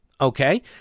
Okay